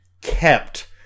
kept